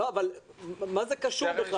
מה זה קשור בכלל?